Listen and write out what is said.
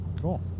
Cool